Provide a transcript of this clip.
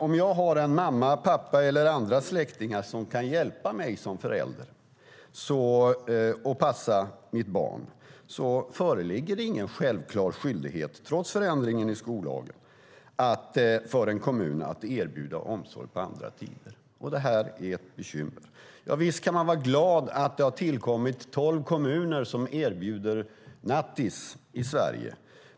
Om man har en mamma, en pappa eller andra släktingar som kan hjälpa en som förälder och passa barnet föreligger det alltså ingen självklar skyldighet, trots förändringen i skollagen, för en kommun att erbjuda omsorg på andra tider. Detta är ett bekymmer. Visst kan man vara glad att det har tillkommit tolv kommuner som erbjuder nattis i Sverige.